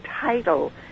title